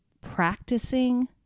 practicing